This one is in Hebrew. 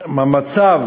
המצב